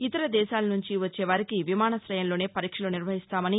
ఇతర దేశాల నుంచి వచ్చే వారికి విమానాశయంలోనే పరీక్షలు నిర్వహిస్తామని